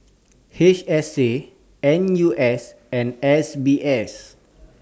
H S A N U S and S B S